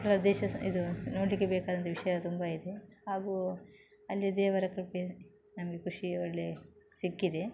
ಪ್ರದೇಶ ಸಹ ಇದು ನೋಡಲಿಕ್ಕೆ ಬೇಕಾದಂಥ ವಿಷಯ ತುಂಬ ಇದೆ ಹಾಗೂ ಅಲ್ಲಿ ದೇವರ ಕೃಪೆ ನಮಗೆ ಖುಷಿ ಒಳ್ಳೆ ಸಿಕ್ಕಿದೆ